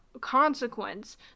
consequence